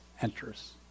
enters